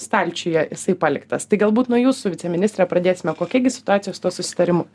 stalčiuje jisai paliktas tai galbūt nuo jūsų viceministre pradėsime kokia gi situacija su tuo susitarimu